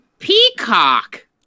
Peacock